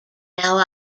now